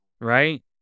right